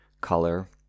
color